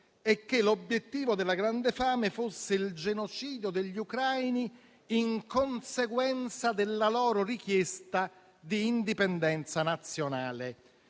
è che l'obiettivo della grande fame fosse il genocidio degli ucraini, in conseguenza della loro richiesta di indipendenza nazionale.